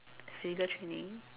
physical training